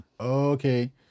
Okay